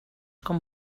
com